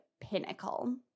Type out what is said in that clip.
pinnacle